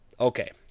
Okay